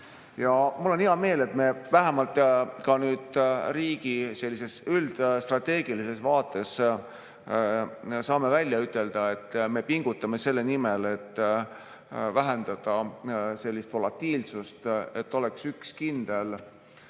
Mul on hea meel, et me vähemalt riigi üldstrateegilises vaates saame välja ütelda, et me pingutame selle nimel, et vähendada volatiilsust, et oleks üks kindel